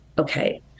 Okay